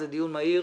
זה דיון מהיר.